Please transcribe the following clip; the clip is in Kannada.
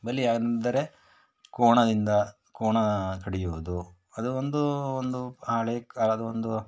ಬಲಿ ಅಂದರೆ ಕೋಣದಿಂದ ಕೋಣ ಕಡಿಯುವುದು ಅದು ಒಂದು ಒಂದು ಹಳೆಯ ಕಾಲದ ಒಂದು